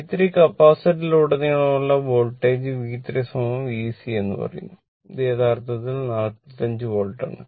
V3 കപ്പാസിറ്ററിലുടനീളമുള്ള voltage V3 V c എന്ന് പറയുന്നു ഇത് യഥാർത്ഥത്തിൽ 45 വോൾട്ട് ആണ്